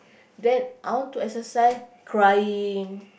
then I want to exercise crying